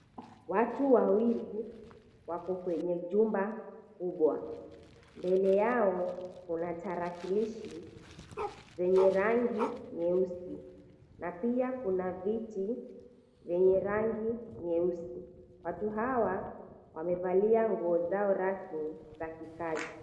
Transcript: Watu wawili wako kwenye jumba kubwa. Mbele yao kuna tarakilishi zenye rangi nyeusi, na pia kuna viti vyenye rangi nyeusi. Watu hawa wamevalia nguo zao rasmi za kikazi.